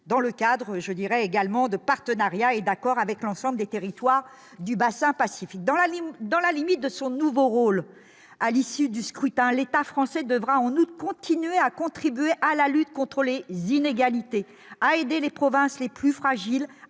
dans le cadre de partenariats et d'accords avec les territoires du bassin de l'océan Pacifique. Dans la limite de son nouveau rôle à l'issue du scrutin, l'État français devra continuer à contribuer à la lutte contre les inégalités, à aider les provinces les plus fragiles